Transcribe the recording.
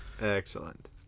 Excellent